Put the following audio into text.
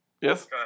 Yes